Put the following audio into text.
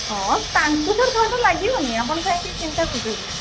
ହଁ ତାଙ୍କୁ ସେ ଲାଗିବନି ଆପଣ କାହିଁକି ଚିନ୍ତା କରୁଛନ୍ତି